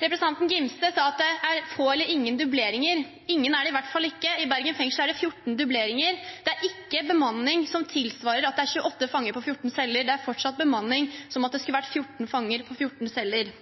Representanten Angell Gimse sa at det er få eller ingen dubleringer. Ingen er i hvert fall ikke riktig. I Bergen fengsel er det 14 dubleringer. Det er ikke bemanning som tilsvarer at det er 28 fanger på 14 celler, det er fortsatt bemanning som om det skulle vært 14 fanger på 14 celler.